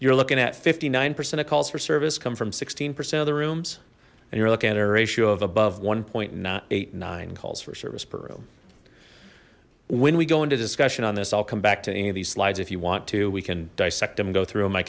you're looking at fifty nine percent of calls for service come from sixteen percent of the rooms and you're looking at a ratio of above one point not eight nine calls for service perot when we go into discussion on this i'll come back to any of these slides if you want to we can dissect them and go through